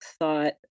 Thought